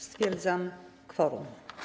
Stwierdzam kworum.